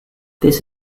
this